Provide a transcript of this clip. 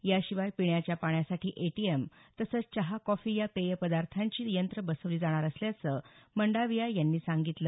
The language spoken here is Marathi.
याशिवाय पिण्याच्या पाण्यासाठी एटीएम तसंच चहा कॉफी या पेय पदार्थांची यंत्र बसवली जाणार असल्याचं मंडाविया यांनी सांगितलं